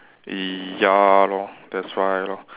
ya lor that's why lor